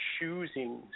choosing